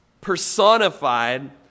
personified